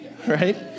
right